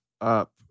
up